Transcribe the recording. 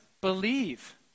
believe